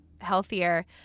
healthier